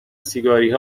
سیگاری